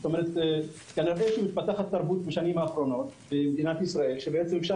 כנראה שמתפתחת תרבות בשנים האחרונות במדינת ישראל שאפשר